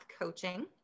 Coaching